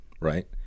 right